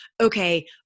okay